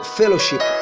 fellowship